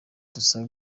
tusabe